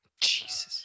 Jesus